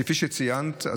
כפי שציינת,